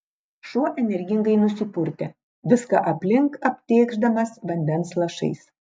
šuo energingai nusipurtė viską aplink aptėkšdamas vandens lašais